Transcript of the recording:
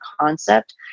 concept